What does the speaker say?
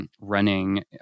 running